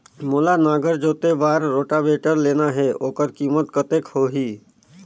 मोला नागर जोते बार रोटावेटर लेना हे ओकर कीमत कतेक होही?